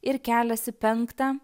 ir keliasi penktą